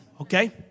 okay